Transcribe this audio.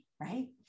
right